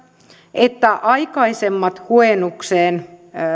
että aikaisemmat huojennukseen